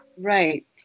Right